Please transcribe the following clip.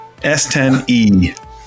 S10e